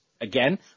again